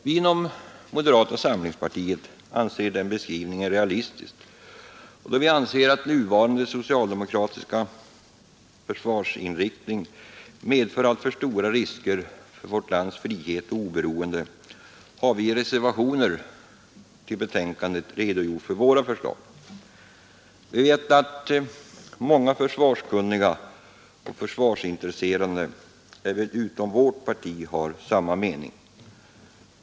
Vi inom moderata samlingspartiet anser den beskrivningen realistisk, och då vi menar att nuvarande socialdemokratiska försvarsinriktning medför alltför stora risker för vårt lands frihet och oberoende, har vi i reservationer till betänkandet redogjort för våra förslag. Vi vet att många försvarskunniga och försvarsintresserade även utom vårt parti har samma mening.